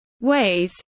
ways